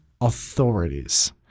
authorities